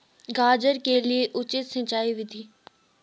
गाजर के लिए उचित सिंचाई विधि?